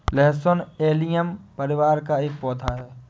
लहसुन एलियम परिवार का एक पौधा है